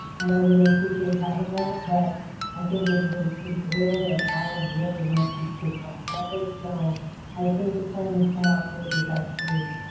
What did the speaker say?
and i really appreciate having that, but i think everybody's pretty aware and that i really want to see kids on campus. so i think the plan you've come up with is actually